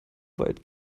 weit